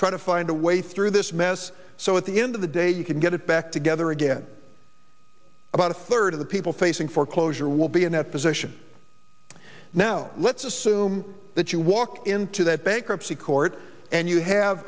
try to find a way through this mess so at the end of the day you can get it back together again about a third of the people facing foreclosure will be in that position now let's assume that you walk into that bankruptcy court and you have